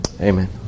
Amen